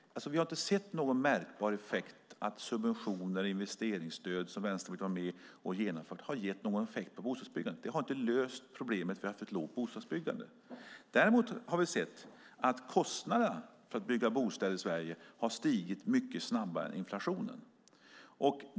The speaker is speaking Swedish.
Vi har inte sett någon märkbar effekt på bostadsbyggandet av de subventioner och investeringsstöd som Vänsterpartiet var med och genomförde. Det har inte löst problemet med ett för lågt bostadsbyggande. Däremot har vi sett att kostnaderna för att bygga bostäder i Sverige har stigit mycket snabbare än inflationen.